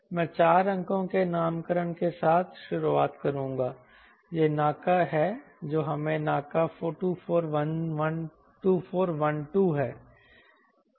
मैं 4 अंकों के नामकरण के साथ शुरुआत करूंगा यह NACA है जो हमें NACA 2412 है